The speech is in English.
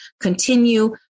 continue